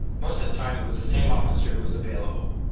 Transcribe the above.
most of the time it was the same officer who was available.